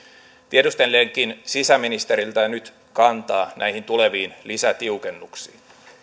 tiedustelenkin sisäministeriltä nyt kantaa näihin tuleviin lisätiukennuksiin